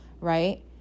right